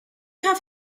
have